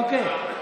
אוקיי.